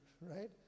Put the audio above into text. right